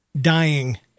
dying